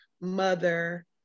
mother